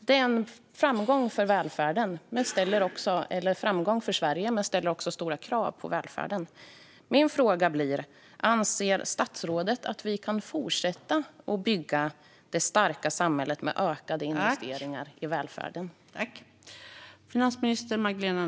Det är en framgång för Sverige men ställer också stora krav på välfärden. Anser statsrådet att vi kan fortsätta att bygga det starka samhället med ökade investeringar i välfärden?